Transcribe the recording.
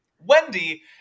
Wendy